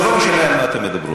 זה לא משנה על מה אתן מדברות.